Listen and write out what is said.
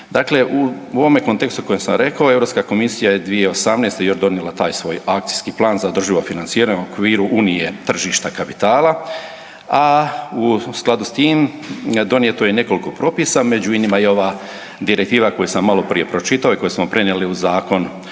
Dakle, u ovome kontekstu koji sam rekao Europska komisija je 2018. još donijela taj svoj akcijski plan za održivo financiranje u okviru unije tržišta kapitala, a u skladu s tim donijeto je nekoliko propisa, među inima i ova direktiva koju sam maloprije pročitao i koju smo prenijeli u zakon